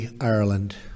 Ireland